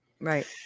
right